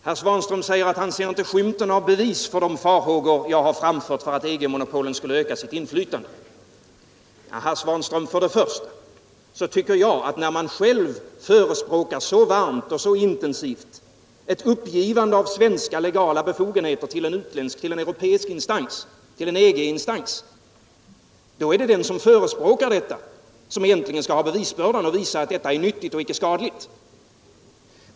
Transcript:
Herr Svanström säger att han inte ser skymten av bevis för de farhågor jag har framfört, att EG-monopolen skulle öka sitt inflytande. Ja, herr Svanström, för det första tycker jag att när man själv så varmt och så intensivt som herr Svanström förespråkar ett uppgivande av svenska legala befogenheter till en europeisk instans, till en EG-instans, så är det egentligen den som förespråkar detta som skall ha bevisbördan och visa att det här är nyttigt och icke skadligt.